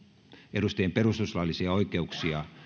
edustajien perustuslaillisia oikeuksia